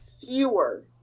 Fewer